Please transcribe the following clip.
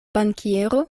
bankiero